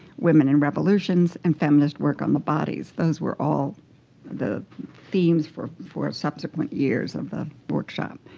women in revolutions, and feminist work on the bodies. those were all the themes for four subsequent years of the workshop.